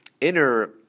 inner